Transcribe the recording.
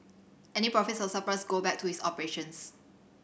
any profits or surpluses go back to its operations